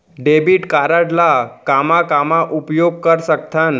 Debit card ला कामा कामा उपयोग कर सकथन?